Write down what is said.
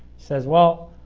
says well